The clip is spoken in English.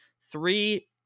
three